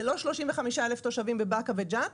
זה לא 35,000 תושבים בבאקה וג'ת,